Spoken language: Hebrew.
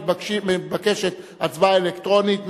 מתבקשת הצבעה אלקטרונית.